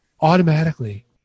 automatically